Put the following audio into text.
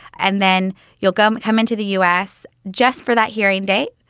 and then you'll come come into the u s. just for that hearing date.